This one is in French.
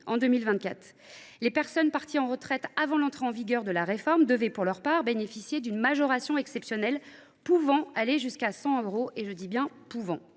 en 2024. Les personnes parties à la retraite avant l’entrée en vigueur de la réforme devaient, pour leur part, bénéficier d’une majoration exceptionnelle pouvant aller jusqu’à 100 euros. Or seuls 20 000